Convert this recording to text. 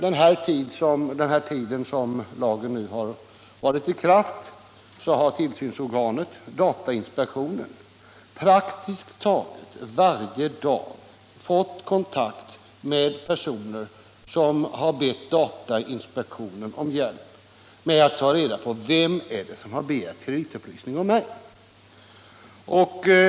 Under den här tiden som lagen har varit i kraft har tillsynsorganet, datainspektionen, praktiskt taget varje dag fått kontakt med personer som bett datainspektionen om hjälp med att ta reda på: Vem är det som begärt kreditupplysning om mig?